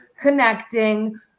connecting